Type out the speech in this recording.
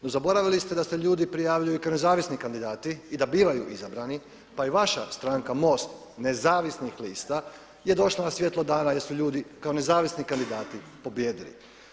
No, zaboravili ste da se ljudi prijavljuju kao nezavisni kandidati i da bivaju izabrani, pa i vaša stranka MOST Nezavisnih lista je došla na svjetlo dana jer su ljudi kao nezavisni kandidati pobijedili.